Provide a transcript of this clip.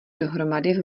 dohromady